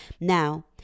Now